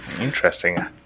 Interesting